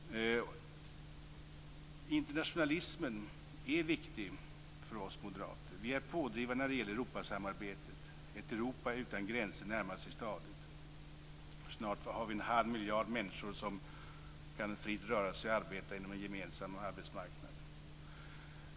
Internationalismen är viktig för oss moderater. Vi är pådrivande när det gäller Europasamarbetet. Ett Europa utan gränser närmar sig stadigt. Snart har vi en halv miljard människor som kan fritt röra sig och arbeta inom en gemensam arbetsmarknad.